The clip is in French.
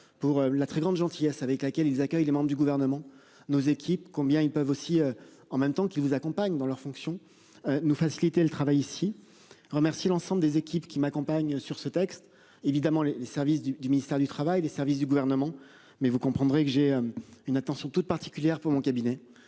pour la très grande gentillesse avec laquelle ils accueillent les membres du gouvernement. Nos équipes combien ils peuvent aussi en même temps qui vous accompagne dans leurs fonctions. Nous faciliter le travail ici remercier l'ensemble des équipes qui m'accompagnent sur ce texte. Évidemment les les services du ministère du Travail. Les services du gouvernement mais vous comprendrez que j'ai une attention toute particulière pour mon cabinet.